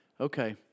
okay